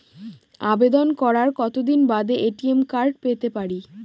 আবেদন করার কতদিন বাদে এ.টি.এম কার্ড পেতে পারি?